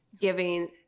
giving